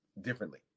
differently